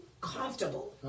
comfortable